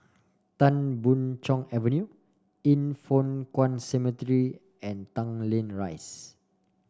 Tan Boon Chong Avenue Yin Foh Kuan Cemetery and Tanglin Rise